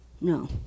no